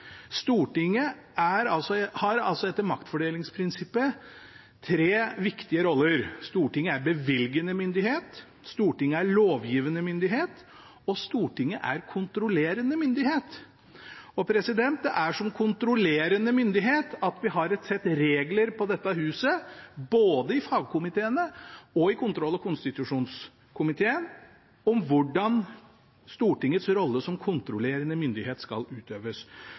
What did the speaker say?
Stortinget har altså etter maktfordelingsprinsippet tre viktige roller: Stortinget er bevilgende myndighet, lovgivende myndighet og kontrollerende myndighet. Og det er som kontrollerende myndighet at vi har et sett regler på dette huset, både i fagkomiteene og i kontroll- og konstitusjonskomiteen, om hvordan Stortingets rolle som kontrollerende myndighet skal utøves.